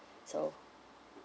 so